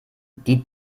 die